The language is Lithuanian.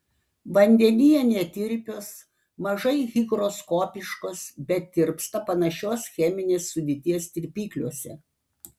vandenyje netirpios mažai higroskopiškos bet tirpsta panašios cheminės sudėties tirpikliuose